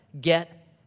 get